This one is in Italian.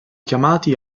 chiamati